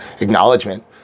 acknowledgement